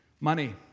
Money